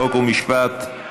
חוק ומשפט,